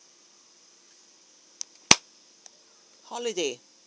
holiday